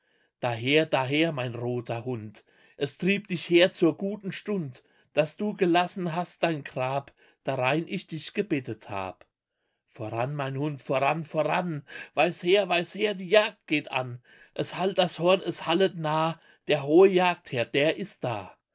daher daher mein roter hund es trieb dich her zur guten stund daß du gelassen hast dein grab darein ich dich gebettet hab voran mein hund voran voran weis her weis her die jagd geht an es hallt das horn es hallet nah der hohe jagdherr der ist da